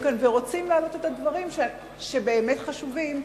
כאן ורוצים להעלות את הדברים שבאמת חשובים,